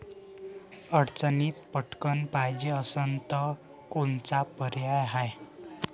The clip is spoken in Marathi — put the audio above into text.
अडचणीत पटकण पायजे असन तर कोनचा पर्याय हाय?